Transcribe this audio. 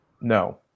No